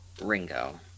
Ringo